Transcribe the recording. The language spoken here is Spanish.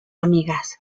amigas